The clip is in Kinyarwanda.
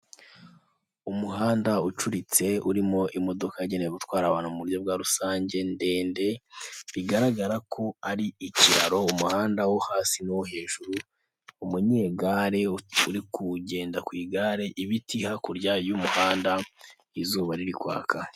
Umuhanda ucuritse urimo imodoka yagenewe gutwara abantu mu buryo bwa rusange ndende, bigaragara ko ari ikiraro umuhanda wo hasi n'uwo hejuru, umunyegare uri kugenda ku igare, ibiti hakurya y'umuhanda, izuba riri kwaka.